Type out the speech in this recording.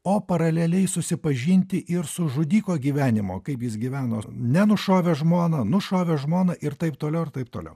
o paraleliai susipažinti ir su žudiko gyvenimu kaip jis gyveno ne nušovęs žmoną nušovęs žmoną ir taip toliau ir taip toliau